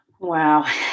Wow